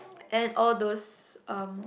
and all those um